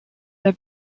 der